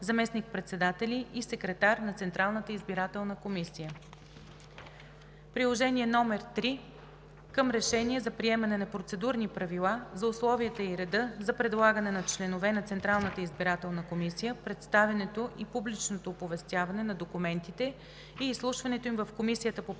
заместник-председатели и секретар на Централната избирателна комисия. Приложение №4 към Решение за приемане на Процедурни правила за условията и реда за предлагане на членове на Централната избирателна комисия, представянето и публичното оповестяване на документите и изслушването им в Комисията по правни